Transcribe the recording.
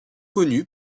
connu